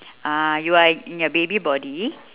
uh you are in in your baby body